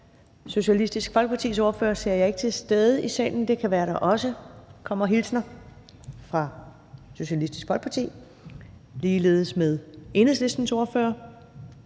Socialistisk Folkepartis ordfører er til stede i salen, men det kan være, at der også kommer hilsner fra Socialistisk Folkeparti og ligeledes fra Enhedslistens ordfører.